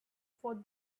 for